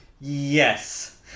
yes